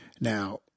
Now